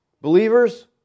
Believers